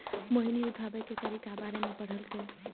मोहिनी उठाबै के तरीका बारे मे पढ़लकै